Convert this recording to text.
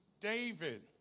David